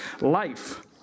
life